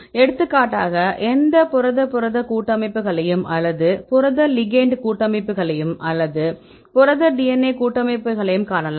எடுத்துக்காட்டாக எந்த புரத புரத கூட்டமைப்புகளையும் அல்லது புரத லிகெெண்ட் கூட்டமைப்புகளையும் அல்லது புரத DNA கூட்டமைப்புகளையும் காணலாம்